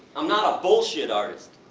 i'm not a bullshit artist.